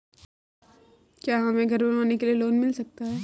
क्या हमें घर बनवाने के लिए लोन मिल सकता है?